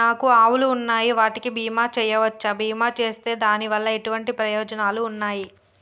నాకు ఆవులు ఉన్నాయి వాటికి బీమా చెయ్యవచ్చా? బీమా చేస్తే దాని వల్ల ఎటువంటి ప్రయోజనాలు ఉన్నాయి?